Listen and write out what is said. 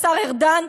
השר ארדן,